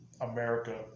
America